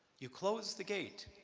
you close the gate,